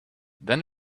then